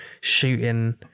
shooting